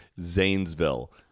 Zanesville